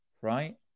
right